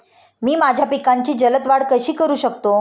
मी माझ्या पिकांची जलद वाढ कशी करू शकतो?